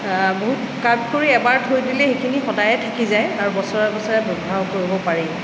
বহু কাম কৰি এবাৰ থৈ দিলে সেইখিনি সদায়ে থাকি যায় আৰু বছৰে বছৰে ব্যৱহাৰো কৰিব পাৰি